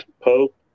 Pope